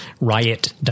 riot